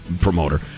promoter